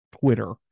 Twitter